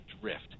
drift